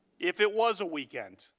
if it was a weekend,